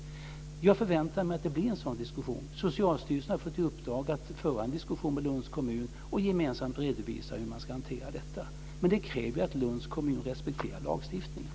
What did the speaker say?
Jag förväntar mig att det blir en sådan diskussion. Socialstyrelsen har fått i uppdrag att föra en diskussion med Lunds kommun och gemensamt redovisa hur de ska hantera detta. Men det kräver att Lunds kommun respekterar lagstiftningen.